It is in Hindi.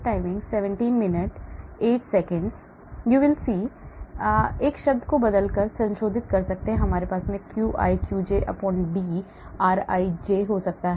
आप इस शब्द को बदलकर संशोधित कर सकते हैं हमारे पास qi qj D rij हो सकता है